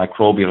microbial